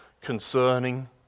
concerning